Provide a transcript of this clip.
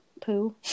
poo